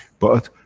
but,